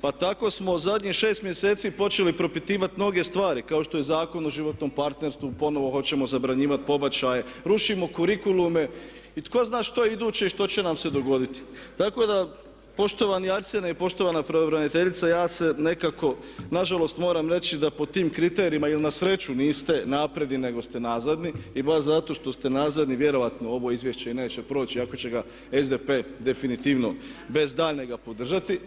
pa tako smo zadnjih 6 mjeseci počeli propitivati mnoge stvari kao što je Zakon o životnom partnerstvu, ponovno hoćemo zabranjivati pobačaje, rušimo kurikulume i tko zna što je iduće što će nam se dogoditi, tako da poštovani Arsene i poštovana pravobraniteljica ja se nekako nažalost moram reći da po tim kriterijima jer na sreću niste napredni nego ste nazadni i baš zato što ste nazadni vjerojatno ovo izvješće i neće proći ako će ga SDP definitivno bez daljnjega podržati.